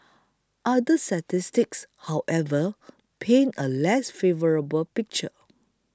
other statistics however paint a less favourable picture